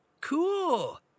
Cool